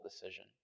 decision